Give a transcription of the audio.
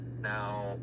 Now